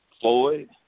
Floyd